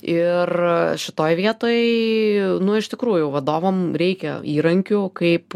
ir šitoj vietoj nu iš tikrųjų vadovam reikia įrankių kaip